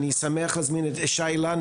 אני שמח להזמין את שי אילן,